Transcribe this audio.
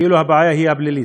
כאילו הבעיה היא הפלילית.